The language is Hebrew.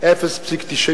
0.97